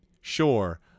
sure